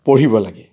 পঢ়িব লাগে